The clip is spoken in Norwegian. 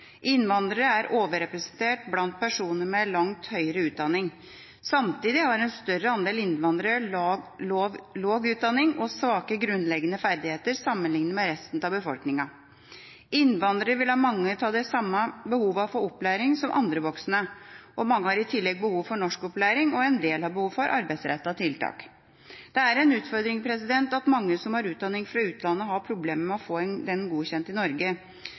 Innvandrere er overrepresentert blant personer med lang høyere utdanning. Samtidig har en større andel innvandrere lav utdanning og svake grunnleggende ferdigheter sammenlignet med resten av befolkningen. Innvandrere vil ha mange av de samme behovene for opplæring som andre voksne. Mange har i tillegg behov for norskopplæring, og en del har behov for arbeidsrettede tiltak. Det er en utfordring at mange som har utdanning fra utlandet, har problemer med å få den godkjent i Norge.